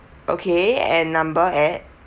okay and number at